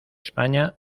españa